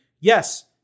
yes